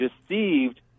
deceived